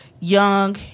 Young